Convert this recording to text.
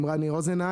עם רני רוזנהיים,